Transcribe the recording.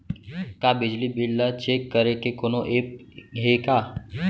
का बिजली बिल ल चेक करे के कोनो ऐप्प हे का?